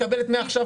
מקבלת מעכשיו,